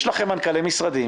יש לכם מנכ"לי משרדים.